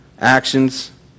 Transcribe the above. actions